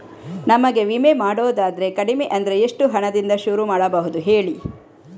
ನಮಗೆ ವಿಮೆ ಮಾಡೋದಾದ್ರೆ ಕಡಿಮೆ ಅಂದ್ರೆ ಎಷ್ಟು ಹಣದಿಂದ ಶುರು ಮಾಡಬಹುದು ಹೇಳಿ